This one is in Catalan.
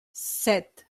set